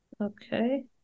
Okay